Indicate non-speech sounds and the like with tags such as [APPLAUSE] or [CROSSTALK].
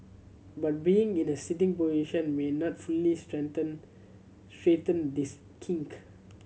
but being in a sitting position may not fully [UNINTELLIGIBLE] straighten this kink